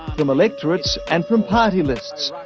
from electorates and from party lists,